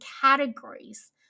categories